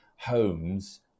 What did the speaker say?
homes